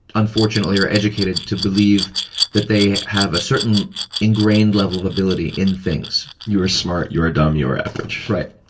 unfortunately, are educated to believe that they have a certain ingrained level of ability in things. you are smart. you are dumb. you are average. right.